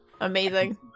amazing